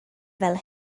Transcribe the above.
fel